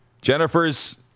Jennifer's